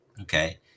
Okay